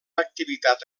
activitat